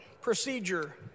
procedure